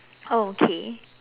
oh okay